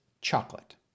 chocolate